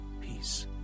peace